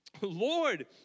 Lord